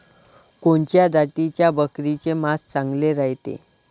कोनच्या जातीच्या बकरीचे मांस चांगले रायते?